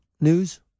news